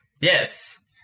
Yes